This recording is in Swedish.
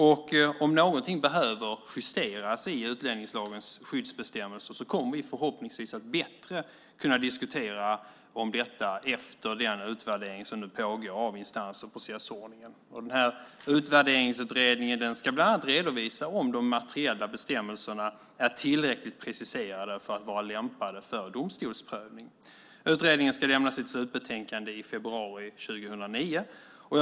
Om någonting behöver justeras i utlänningslagens skyddsbestämmelser kommer vi förhoppningsvis att bättre kunna diskutera detta efter den utvärdering av instans och processordningen som nu pågår. Utvärderingsutredningen ska bland annat redovisa om de materiella bestämmelserna är tillräckligt preciserade för att vara lämpade för domstolsprövning. Utredningen ska lämna sitt slutbetänkande i februari 2009.